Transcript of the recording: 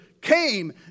came